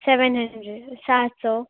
seven hundred سات سو